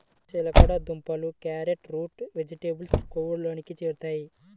చిలకడ దుంపలు, క్యారెట్లు రూట్ వెజిటేబుల్స్ కోవలోకి చేరుతాయి